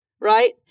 right